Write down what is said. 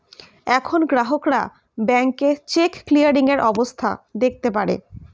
এখন গ্রাহকরা ব্যাংকে চেক ক্লিয়ারিং এর অবস্থা দেখতে পারে